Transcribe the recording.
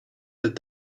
that